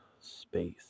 space